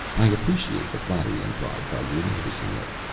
i appreciate the flattery implied by your noticing it.